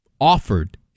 offered